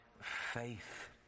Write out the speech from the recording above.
faith